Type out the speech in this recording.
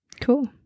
Cool